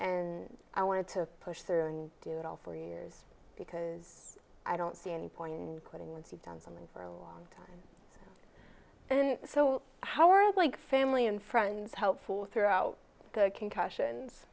and i wanted to push through and do it all for years because i don't see any point in quitting once you've done something for a long time and so howard like family and friends hope for throughout the concussions